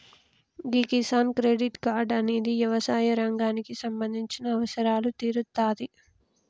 గీ Kisan credit card అనేది యవసాయ రంగానికి సంబంధించిన అవసరాలు తీరుత్తాది